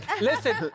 listen